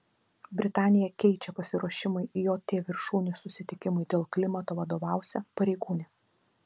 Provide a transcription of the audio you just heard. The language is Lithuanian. britanija keičia pasiruošimui jt viršūnių susitikimui dėl klimato vadovausią pareigūnę